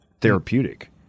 therapeutic